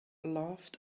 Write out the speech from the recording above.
laughed